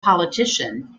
politician